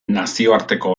nazioarteko